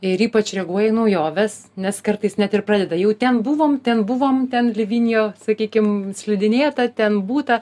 ir ypač reaguoja į naujoves nes kartais net ir pradeda jau ten buvom ten buvom ten livinjo sakykim slidinėja ta ten būta